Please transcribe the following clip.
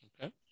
Okay